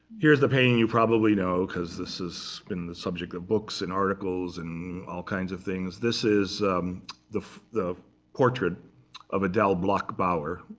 here's the painting you probably know, because this has been the subject of books, and articles, and all kinds of things. this is the the portrait of adele bloch-bauer,